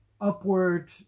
upward